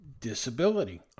disability